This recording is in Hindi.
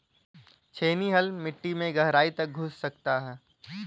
छेनी हल मिट्टी में गहराई तक घुस सकता है